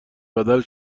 بدل